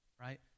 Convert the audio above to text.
right